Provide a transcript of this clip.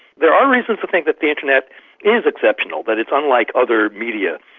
there are reasons to think that the internet is exceptional, that it's unlike other media,